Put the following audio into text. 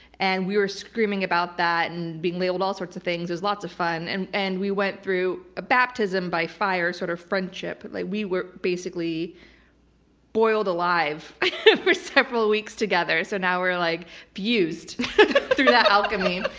and we were screaming about that and being labeled all sorts of things. it was lots of fun. and and we went through a baptism by fire sort of friendship. but like we were basically boiled alive for several weeks together, so now we're like fused through that alchemy.